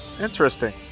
Interesting